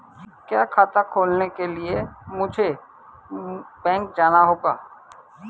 क्या खाता खोलने के लिए मुझे बैंक में जाना होगा?